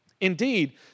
Indeed